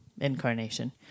incarnation